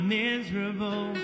miserable